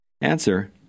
Answer